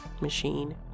machine